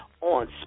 on